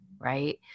right